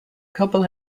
couple